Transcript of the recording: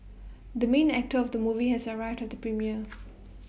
the main actor of the movie has arrived at the premiere